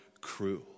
cruel